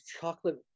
chocolate